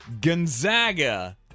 gonzaga